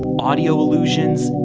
audio illusions,